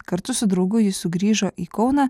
kartu su draugu ji sugrįžo į kauną